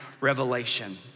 revelation